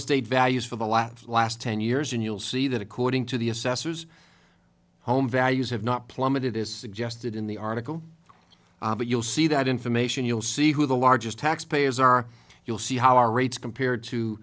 estate values for the last last ten years and you'll see that according to the assessor's home values have not plummeted as suggested in the article but you'll see that information you'll see who the largest tax payers are you'll see how our rates compared to